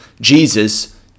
Jesus